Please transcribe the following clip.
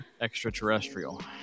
Extraterrestrial